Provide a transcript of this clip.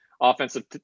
offensive